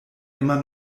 immer